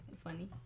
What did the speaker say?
funny